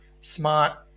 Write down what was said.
Smart